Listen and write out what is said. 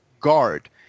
guard